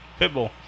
pitbull